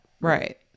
right